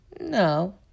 No